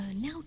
now